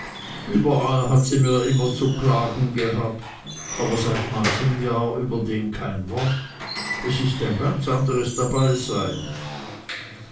hat sie mir immer zu klagen gehabt aber seit manchem jahr über den kein wort es ist ein ganz anders dabeisein